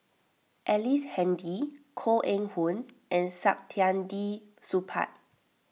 Ellice Handy Koh Eng Hoon and Saktiandi Supaat